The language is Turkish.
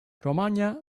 romanya